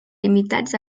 limitats